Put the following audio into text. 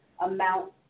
amount